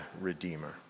redeemer